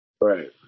Right